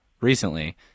recently